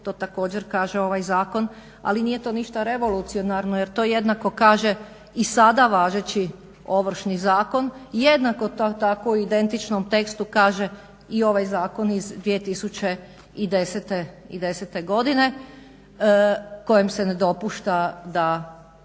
To također kaže ovaj zakon, ali nije to ništa revolucionarno jer to jednako kaže i sada važeći Ovršni zakon, jednako to tako u identičnom tekstu kaže i ovaj zakon iz 2010. godine kojem se ne dopušta da